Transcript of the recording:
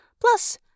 Plus